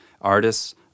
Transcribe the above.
Artists